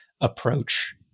approach